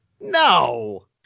No